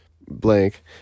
blank